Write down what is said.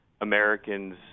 Americans